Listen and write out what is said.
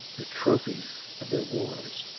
the trophies of their wars.